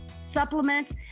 supplements